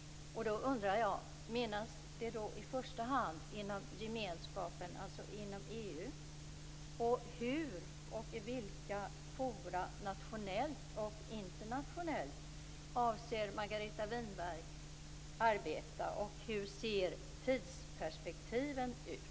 Då undrar jag om frågan i första hand skall drivas inom gemenskapen, alltså inom EU. Hur och i vilka forum nationellt och internationellt avser Margareta Winberg att arbeta, och hur ser tidsperspektiven ut?